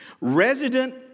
resident